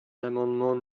l’amendement